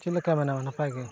ᱪᱮᱫ ᱞᱮᱠᱟ ᱢᱮᱱᱟᱢᱟ ᱱᱟᱯᱟᱭ ᱜᱮ